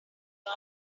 gun